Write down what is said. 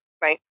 Right